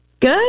Good